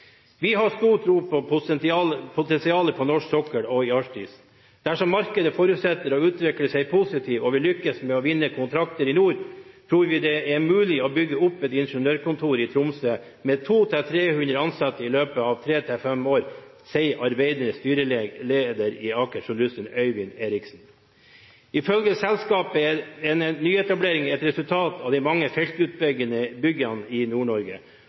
har stor tro på potensialet på norsk sokkel og i Arktis. Dersom markedet fortsetter å utvikle seg positivt, og vi lykkes med å vinne kontrakter i nord, tror vi det er mulig å bygge opp et ingeniørkontor i Tromsø med 200–300 ansatte i løpet av tre til fem år.» Det sier arbeidende styreleder i Aker Solutions, Øyvind Eriksen. Ifølge selskapet er nyetableringen et resultat av de mange feltutbyggingene i Nord-Norge og i